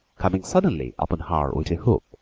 coming suddenly upon her with a whoop,